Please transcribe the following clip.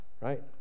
right